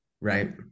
right